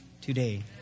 today